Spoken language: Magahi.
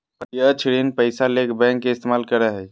प्रत्यक्ष ऋण पैसा ले बैंक के इस्तमाल करो हइ